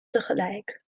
tegelijk